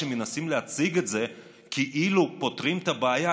כשמנסים להציג את זה כאילו פותרים את הבעיה,